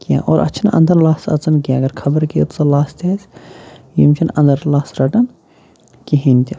کینٛہہ اور اَتھ چھِنہٕ اَندَر لژھ اَژان کینٛہہ اگر خَبر کیٖژاہ لژھ تہِ آسہِ یِم چھِنہٕ اَندَر لَژھ رَٹان کِہیٖنۍ تہِ